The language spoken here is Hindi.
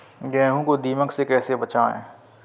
गेहूँ को दीमक से कैसे बचाएँ?